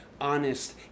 honest